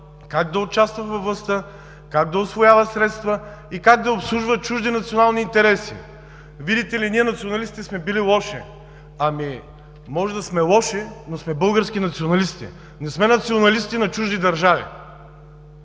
как да участва във властта, как да усвоява средства и как да обслужва чужди национални интереси. Видите ли – ние, националистите, сме били лоши. Може да сме лоши, но сме български националисти, не сме националисти на чужди държави.